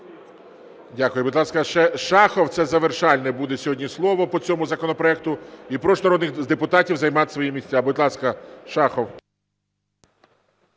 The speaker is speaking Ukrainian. Дякую. Будь ласка, ще Шахов, це завершальне буде сьогодні слово по цьому законопроекту. І прошу народних депутатів займати свої місця. Будь ласка, Шахов.